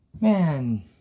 Man